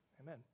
Amen